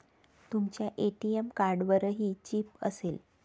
तुमच्या ए.टी.एम कार्डवरही चिप असेल